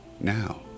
now